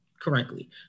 correctly